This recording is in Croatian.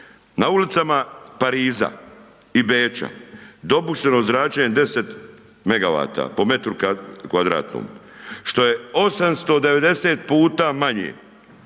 Na ulicama Pariza i Beča, dopušteno zračenje je 10 megavata, po metru kvadratnom. Što je 890 puta manje